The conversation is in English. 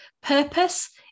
purpose